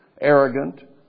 arrogant